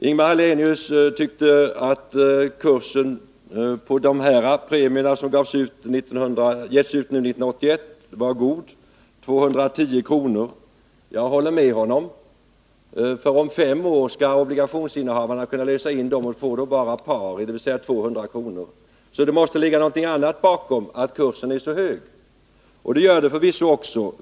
Ingemar Hallenius tyckte att kursen på de premier som har getts ut 1981 var god — den var 210 kr. Jag håller med honom. Om fem år skall nämligen innehavarna kunna lösa in obligationerna, och då sker inlösen bara till pari, dvs. 200 kr. Det måste alltså ligga något annat bakom det förhållandet att kursen är så hög, och det gör det förvisso.